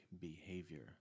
behavior